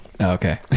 Okay